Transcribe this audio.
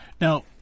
Now